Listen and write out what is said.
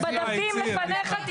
זה בדפים לפניך,